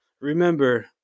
remember –